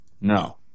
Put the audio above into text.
No